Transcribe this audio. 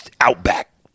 Outback